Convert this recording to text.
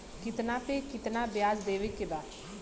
कितना पे कितना व्याज देवे के बा?